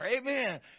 Amen